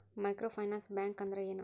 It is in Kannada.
ಮೈಕ್ರೋ ಫೈನಾನ್ಸ್ ಬ್ಯಾಂಕ್ ಅಂದ್ರ ಏನು?